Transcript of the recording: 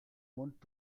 mund